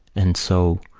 and so.